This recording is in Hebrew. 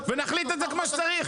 ונחליט את זה כמו שצריך.